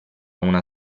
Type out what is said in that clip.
una